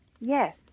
Yes